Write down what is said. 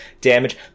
damage